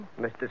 Mr